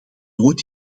nooit